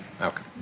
Okay